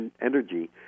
energy